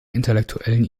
intellektuellen